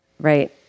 right